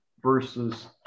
versus